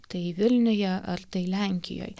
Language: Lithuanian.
tai vilniuje ar tai lenkijoj